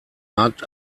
markt